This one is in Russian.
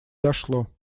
дошло